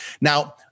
Now